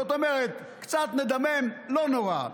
זאת אומרת, קצת נדמם, לא נורא.